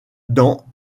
dans